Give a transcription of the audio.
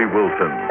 Wilson